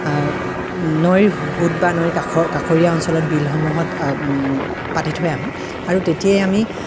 নৈৰ সোঁত বা নৈৰ কাষৰ কাষৰীয়া অঞ্চলত বিলসমূহত পাতি থৈ আহোঁ আৰু তেতিয়াই আমি